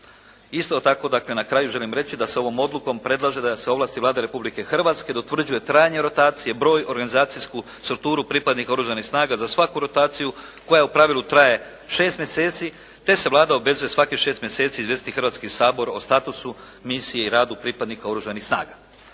Isto tako, dakle na kraju želim reći da se ovom odlukom predlaže da se ovlasti Vlada Republike Hrvatske da utvrđuje trajanje rotacije, broj, organizacijsku strukturu pripadnika oružanih snaga za svaku rotaciju koja u pravilu traje šest mjeseci te se Vlada obvezuje svakih šest mjeseci izvijestiti Hrvatski sabor o statusu misije i radu pripadnika oružanih snaga.